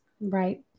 Right